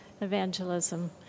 evangelism